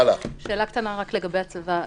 שאלה קטנה רק לגבי הצבא.